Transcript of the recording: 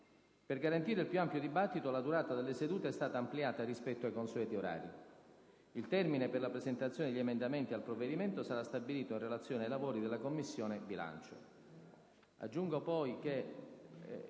Per garantire il più ampio dibattito, la durata delle sedute è stata ampliata rispetto ai consueti orari. Il termine per la presentazione degli emendamenti al provvedimento sarà stabilito in relazione ai lavori della Commissione bilancio.